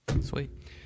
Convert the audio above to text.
Sweet